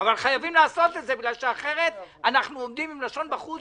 חייבים לעשות את זה בגלל שאחרת אנחנו עומדים עם לשון בחוץ,